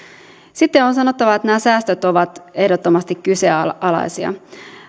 sitten on sanottava että nämä säästöt ovat ehdottomasti kyseenalaisia